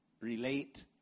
relate